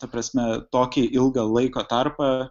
ta prasme tokį ilgą laiko tarpą